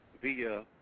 via